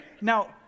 now